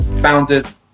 founders